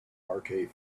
parquet